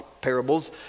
parables